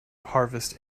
harvest